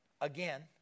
again